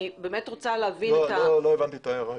לא הבנתי את ההערה.